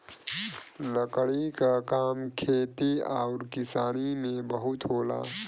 लकड़ी क काम खेती आउर किसानी में बहुत होला